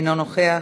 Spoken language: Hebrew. אינו נוכח,